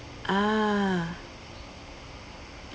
ah